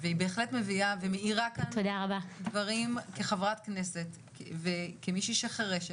והיא בהחלט מביאה ומעירה כאן דברים כחברת כנסת וכמישהי שחירשת.